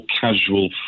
casual